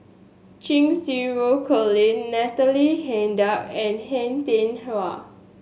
Cheng Xinru Colin Natalie Hennedige and Han Tian Hua